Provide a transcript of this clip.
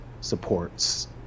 supports